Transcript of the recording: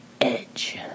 Edge